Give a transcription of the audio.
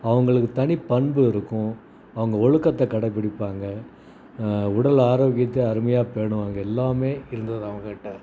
அவங்களுக்கு தனிப்பண்பு இருக்கும் அவங்க ஒழுக்கத்தை கடைபிடிப்பாங்க உடல் ஆரோக்கியத்தை அருமையாக பேணுவாங்க எல்லாமே இருந்தது அவங்கட்ட